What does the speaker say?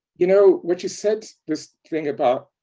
you know, what you said this thing about